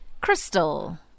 Crystal